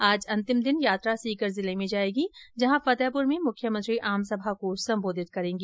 आज अंतिम दिन यात्रा सीकर जिर्ले में जायेगी जहां फतेहपुर में मुख्यमंत्री आमसभा को संबोधित करेगी